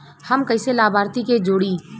हम कइसे लाभार्थी के जोड़ी?